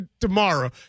tomorrow